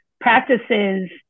practices